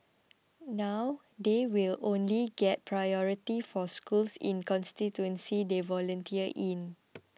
now they will only get priority for schools in the constituencies they volunteer in